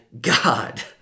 God